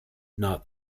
not